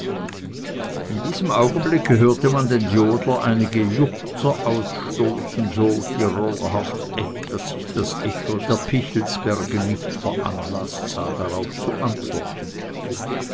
in diesem augenblicke hörte man den jodler einige juchzer ausstoßen so tirolerhaft echt daß sich das echo der pichelsberge nicht veranlaßt sah darauf zu antworten